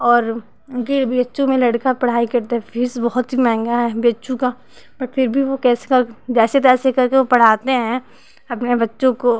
और उनके B H U में लड़का पढ़ाई करता है फ़ीस बहुत ही महंगा है बी एच चू का पर फिर भी वो कैसे कर जैसे तैसे करके वो पढ़ाते हैं अपने बच्चों को